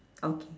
okay